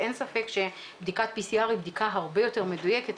אין ספק שבדיקת PCR היא בדיקה הרבה יותר מדויקת,